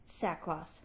sackcloth